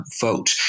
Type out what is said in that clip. vote